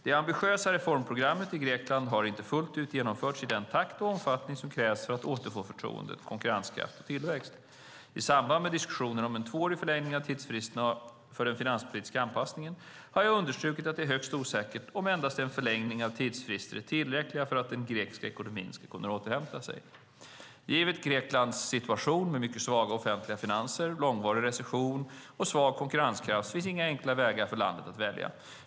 Det ambitiösa reformprogrammet i Grekland har inte fullt ut genomförts i den takt och omfattning som krävs för att återfå förtroende, konkurrenskraft och tillväxt. I samband med diskussioner om en tvåårig förlängning av tidsfristerna för den finanspolitiska anpassningen har jag understrukit att det är högst osäkert om endast en förlängning av tidsfrister är tillräckligt för att den grekiska ekonomin ska kunna återhämta sig. Givet Greklands situation med mycket svaga offentliga finanser, långvarig recession och svag konkurrenskraft finns inga enkla vägar för landet att välja.